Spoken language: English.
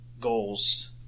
goals